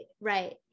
Right